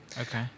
okay